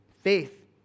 Faith